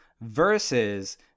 versus